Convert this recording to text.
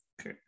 Okay